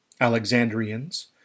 Alexandrians